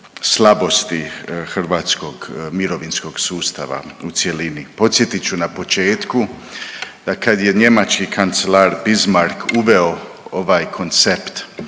slabosti hrvatskog mirovinskog sustava u cjelini. Podsjetit ću na početku da kad je njemački kancelar Bismarck uveo ovaj koncept